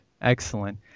Excellent